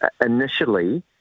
initially